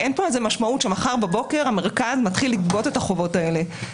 אין פה איזה משמעות שמחר בבוקר המרכז מתחיל לגבות את החובות האלה.